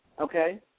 Okay